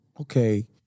okay